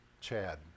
Chad